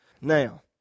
Now